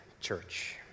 church